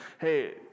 hey